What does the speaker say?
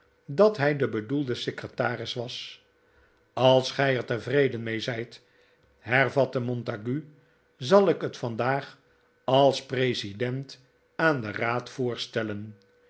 dat hij de bedoelde secretaris was als gij er tevreden mee zijt hervatte montague zal ik het vandaag als president aan den raad voorstellen